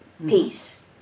peace